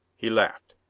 he laughed.